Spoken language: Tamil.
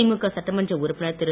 திமுக சட்டமன்ற உறுப்பினர் திரு